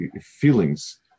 feelings